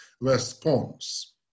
response